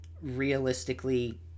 realistically